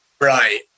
right